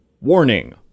Warning